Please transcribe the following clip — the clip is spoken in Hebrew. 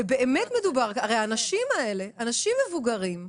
הרי האנשים האלה אנשים מבוגרים,